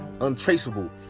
Untraceable